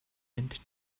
mint